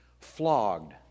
flogged